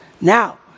Now